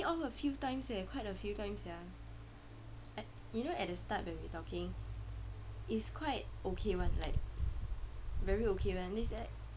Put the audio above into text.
a few times eh quite a few times sia you know at the start when we talking it's quite okay [one] like very okay [one] it's like